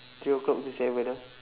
three o'clock to seven ah